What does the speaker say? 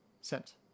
Sent